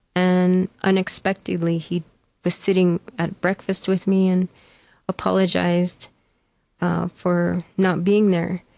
and, unexpectedly, he was sitting at breakfast with me and apologized ah for not being there.